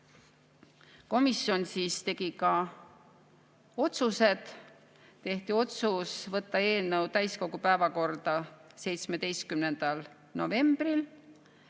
Komisjon tegi ka otsused. Tehti otsus võtta eelnõu täiskogu päevakorda 17. novembril.